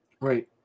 right